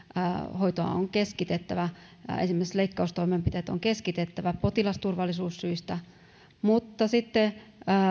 hoitoa on keskitettävä esimerkiksi leikkaustoimenpiteet on keskitettävä potilasturvallisuussyistä mutta sitten